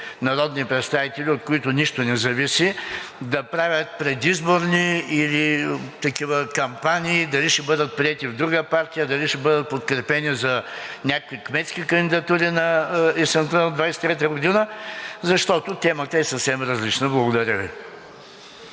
народни представители, от които нищо не зависи, да правят предизборни кампании дали ще бъдат приети в друга партия, дали ще бъдат подкрепени за някакви кметски кандидатури през есента на 2023 г., защото темата е съвсем различна. Благодаря Ви.